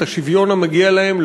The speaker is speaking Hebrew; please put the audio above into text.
את השוויון המגיע להם,